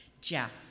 Jeff